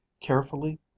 carefully